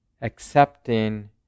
accepting